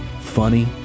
funny